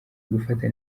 gufata